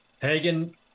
Hagen